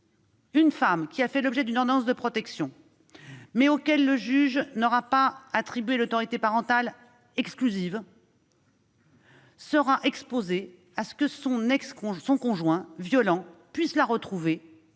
une femme faisant l'objet d'une ordonnance de protection, mais à laquelle le juge n'aura pas attribué l'autorité parentale exclusive, sera exposée au risque que son conjoint violent la retrouve,